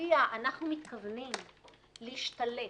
שלפיה אנחנו מתכוונים להשתלט,